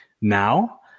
now